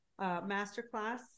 masterclass